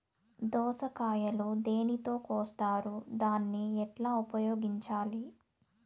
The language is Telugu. దోస కాయలు దేనితో కోస్తారు దాన్ని ఎట్లా ఉపయోగించాలి?